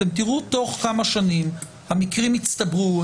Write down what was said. אתם תראו בתוך כמה שנים שהמקרים יצטברו.